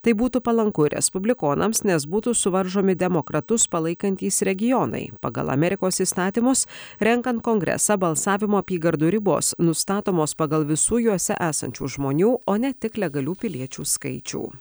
tai būtų palanku respublikonams nes būtų suvaržomi demokratus palaikantys regionai pagal amerikos įstatymus renkant kongresą balsavimo apygardų ribos nustatomos pagal visų juose esančių žmonių o ne tik legalių piliečių skaičių